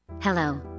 Hello